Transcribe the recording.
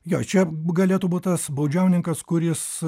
jo čia galėtų būt tas baudžiauninkas kuris